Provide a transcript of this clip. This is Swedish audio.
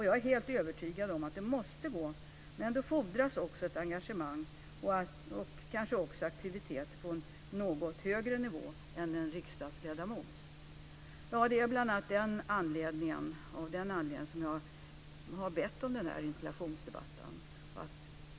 Jag är helt övertygad om att det måste gå, men då fordras ett engagemang och kanske också aktivitet på en något högre nivå än en riksdagsledamots. Det är bl.a. av den anledningen som jag har bett om den här interpellationsdebatten.